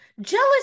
jealous